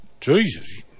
Jesus